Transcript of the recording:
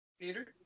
Peter